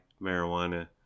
marijuana